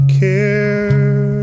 care